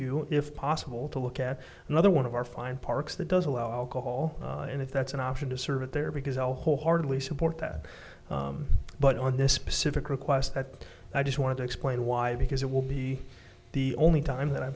you if possible to look at another one of our fine parks that does allow alcohol and if that's an option to serve it there because i wholeheartedly support that but on this specific request that i just want to explain why because it will be the only time that i